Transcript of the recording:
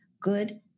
good